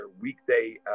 weekday